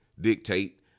dictate